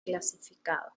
clasificado